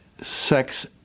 sex